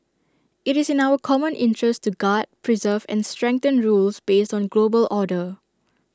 IT is in our common interest to guard preserve and strengthen rules based on global order